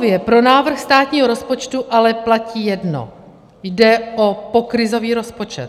Celkově pro návrh státního rozpočtu ale platí jedno jde o pokrizový rozpočet.